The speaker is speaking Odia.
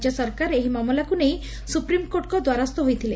ରାଜ୍ୟ ସରକାର ଏହି ମାମଲାକୁ ନେଇ ସୁପ୍ରିମକୋର୍ଟଙ୍ ଦ୍ୱାରସ୍ଛ ହୋଇଥିଲେ